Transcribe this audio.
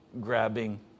grabbing